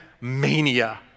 mania